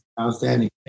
Outstanding